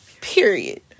period